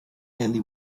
eli